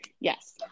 Yes